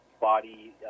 body